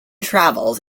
travels